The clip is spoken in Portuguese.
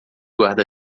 guarda